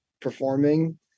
performing